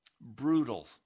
brutal